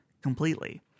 completely